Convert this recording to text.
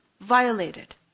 violated